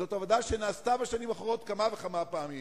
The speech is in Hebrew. זאת עבודה שנעשתה בשנים האחרונות כמה וכמה פעמים.